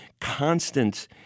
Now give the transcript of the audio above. constant